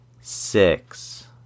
six